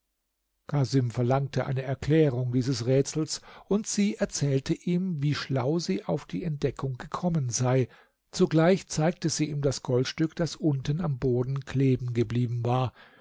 casim verlangte eine erklärung dieses rätsels und sie erzählte ihm wie schlau sie auf die entdeckung gekommen sei zugleich zeigte sie ihm das goldstück das unten am boden kleben geblieben war